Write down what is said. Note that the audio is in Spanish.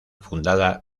fundada